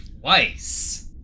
twice